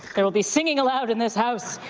there will be singing allowed in this house.